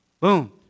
Boom